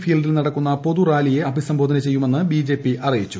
ഫീൽഡിൽ നടക്കുന്ന പൊതുറാലിയെ അഭിസംബോധന ചെയ്യുമെന്ന് ബ്ള്ജപ്പി ് അറിയിച്ചു